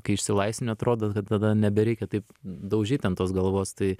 kai išsilaisvini atrodo kad tada nebereikia taip daužyt ten tos galvos tai